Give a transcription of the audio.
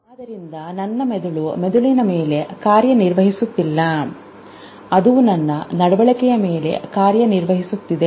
ಆದ್ದರಿಂದ ನನ್ನ ಮೆದುಳು ಮೆದುಳಿನ ಮೇಲೆ ಕಾರ್ಯನಿರ್ವಹಿಸುತ್ತಿಲ್ಲ ಅದು ನನ್ನ ನಡವಳಿಕೆಯ ಮೇಲೆ ಕಾರ್ಯನಿರ್ವಹಿಸುತ್ತಿದೆ